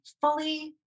fully